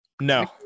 no